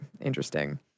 interesting